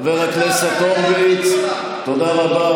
חבר הכנסת הורוביץ, תודה רבה.